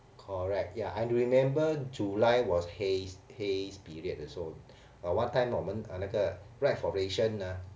correct ya I remember july was haze haze period 的时候 but one time 我们那个 ride for ration ah